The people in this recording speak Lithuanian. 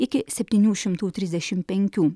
iki septynių šimtų trisdešim penkių